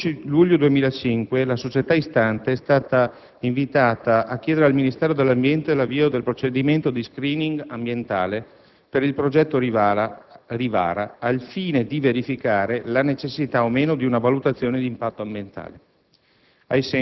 Il 12 luglio 2005, la società istante è stata invitata a chiedere al Ministero dell'ambiente l'avvio del procedimento di *screening* ambientale per il progetto Rivara, al fine di verificare la necessità o meno di una valutazione di impatto ambientale